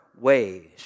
ways